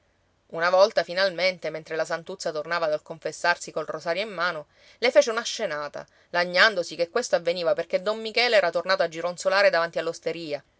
una volta finalmente mentre la santuzza tornava dal confessarsi col rosario in mano le fece una scenata lagnandosi che questo avveniva perché don michele era tornato a gironzolare davanti